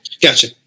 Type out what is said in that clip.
Gotcha